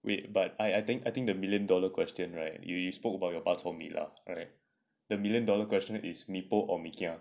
wait but I I I think I think the million dollar question right you spoke about your bak chor mee lah correct the million dollar question is mee pok or mee kia